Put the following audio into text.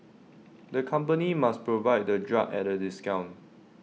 the company must provide the drug at A discount